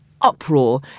uproar